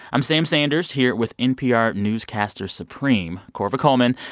i'm sam sanders here with npr newscaster supreme korva coleman,